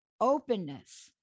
openness